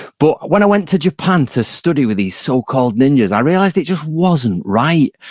but when i went to japan to study with these so-called ninjas, i realized it just wasn't right.